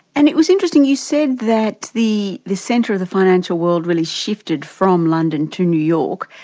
and it was interesting you said that the the centre of the financial world really shifted from london to new york,